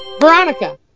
Veronica